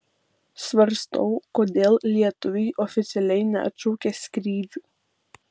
svarstau kodėl lietuviai oficialiai neatšaukia skrydžių